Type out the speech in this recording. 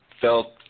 felt